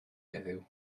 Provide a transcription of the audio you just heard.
heddiw